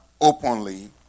openly